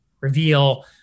reveal